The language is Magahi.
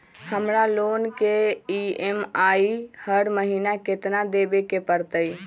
हमरा लोन के ई.एम.आई हर महिना केतना देबे के परतई?